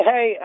Hey